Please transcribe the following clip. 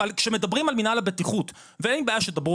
אבל שמדברים על מנהל הבטיחות ואין לי בעיה שתדברו